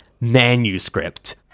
manuscript